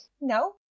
No